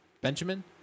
Benjamin